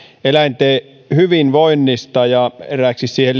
eläinten hyvinvoinnista ja eräiksi siihen